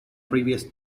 previous